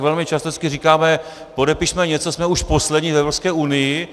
Velmi často říkáme: podepišme něco, jsme už poslední v Evropské unii.